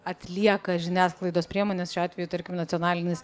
atlieka žiniasklaidos priemonės šiuo atveju tarkim nacionalinis